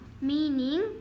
meaning